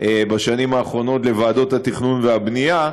בשנים האחרונות לוועדות התכנון והבנייה,